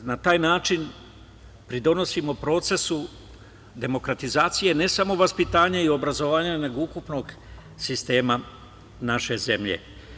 Na taj način pridonosimo procesu demokratizacije, ne samo vaspitanja i obrazovanja, nego ukupnog sistema naše zemlje.